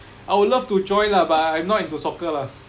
I would love to join lah but I'm not into soccer lah